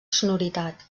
sonoritat